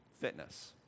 fitness